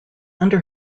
under